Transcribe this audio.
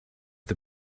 the